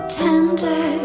tender